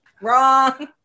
Wrong